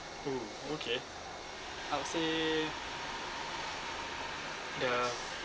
oo okay I would say the